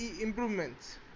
improvements